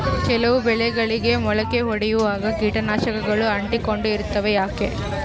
ಕೆಲವು ಬೆಳೆಗಳಿಗೆ ಮೊಳಕೆ ಒಡಿಯುವಾಗ ಕೇಟನಾಶಕಗಳು ಅಂಟಿಕೊಂಡು ಇರ್ತವ ಯಾಕೆ?